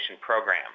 program